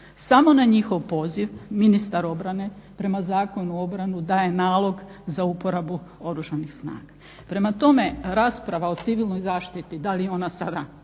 Samo na njihov poziv ministar obrane prema Zakonu o obrani daje nalog za uporabu Oružanih snaga. Prema tome, rasprava o civilnoj zaštiti da li je ona sada